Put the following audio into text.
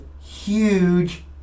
huge